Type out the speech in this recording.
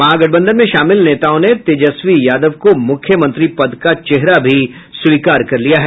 महागठबंधन में शामिल नेताओं ने तेजस्वी यादव को मुख्यमंत्री पद का चेहरा भी स्वीकार कर लिया है